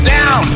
down